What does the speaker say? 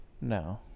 No